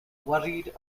worried